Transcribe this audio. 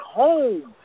home